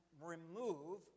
remove